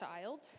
child